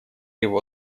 его